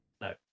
No